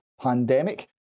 pandemic